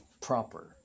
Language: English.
Proper